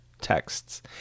texts